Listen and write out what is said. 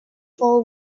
full